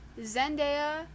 Zendaya